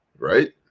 right